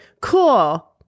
cool